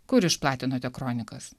kur išplatinote kronikas